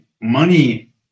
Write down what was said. money